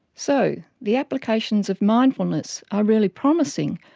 so, the applications of mindfulness are really promising,